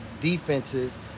defenses